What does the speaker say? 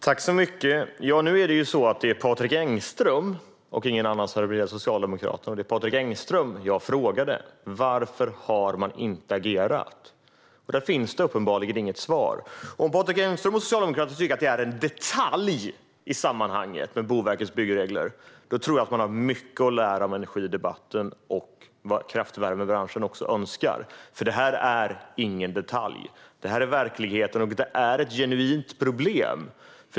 Herr talman! Nu är det Patrik Engström och ingen annan som representerar Socialdemokraterna, och det var Patrik Engström som jag frågade varför man inte har agerat. På detta finns det uppenbarligen inget svar. Om Patrik Engström och Socialdemokraterna tycker att Boverkets byggregler är en detalj i sammanhanget tror jag att de har mycket att lära av energidebatten och om vad kraftvärmebranschen önskar, för det här är ingen detalj. Det är verkligheten, och det är ett genuint problem.